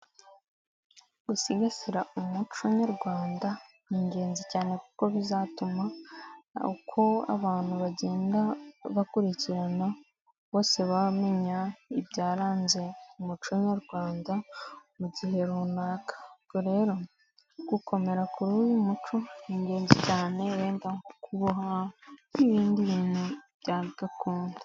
Gusigasira umuco nyarwanda ni ingenzi cyane kuko bizatuma uko abantu bagenda bakurikirana bose bamenya ibyaranze umuco nyarwanda mu gihe runaka, ubwo rero gukomera kuri uyu muco ni ingenzi cyane wenda nko kuboha n'ibindi bintu bya gakondo.